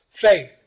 faith